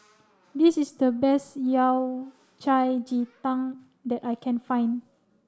this is the best Yao Cai Ji Tang that I can find